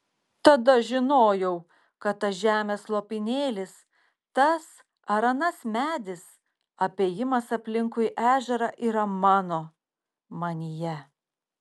tada žinojau kad tas žemės lopinėlis tas ar anas medis apėjimas aplinkui ežerą yra mano manyje